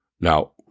Now